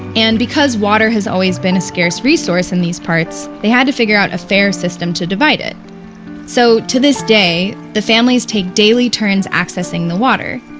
and because water has always been a scarce resource in these parts, they had to figure out a fair system to divide it so to this day, the families take daily turns accessing the water.